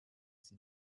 sie